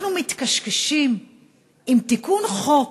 אנחנו מתקשקשים עם תיקון חוק